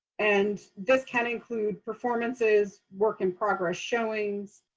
and this can include performances, work in progress showings,